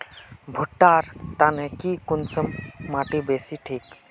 भुट्टा र तने की किसम माटी बासी ठिक?